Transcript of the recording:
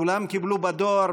כולם קיבלו בדואר,